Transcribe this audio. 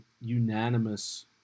unanimous